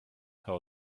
how